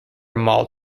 mall